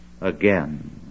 again